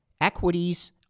Equities